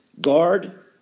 guard